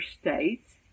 states